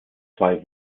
zwei